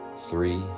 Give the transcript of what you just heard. three